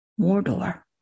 Mordor